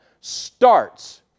starts